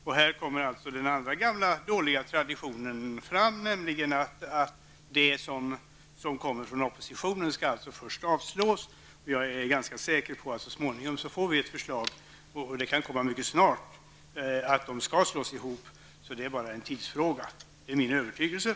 I detta sammanhang kommer den andra gamla dåliga traditionen fram, nämligen att förslag som kommer från oppositionen först skall avslås. Men jag är ganska säker på att vi så småningom får ett förslag, och det kan komma mycket snart, om att dessa myndigheter skall slås ihop. Det är alltså min övertygelse att det bara handlar om en tidsfråga.